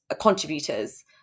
contributors